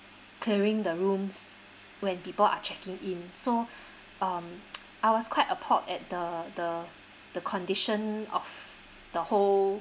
clearing the rooms when people are checking in so um I was quite appalled at the the the condition of the whole